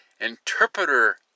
interpreter